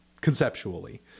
conceptually